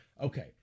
okay